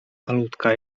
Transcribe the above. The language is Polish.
malutka